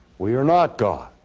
we are not god.